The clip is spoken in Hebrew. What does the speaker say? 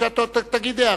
תגיד,